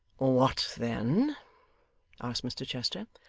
what then asked mr chester.